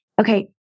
Okay